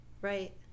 Right